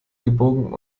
gebogen